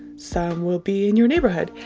some will be in your neighbourhood,